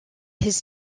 his